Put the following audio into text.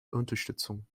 unterstützung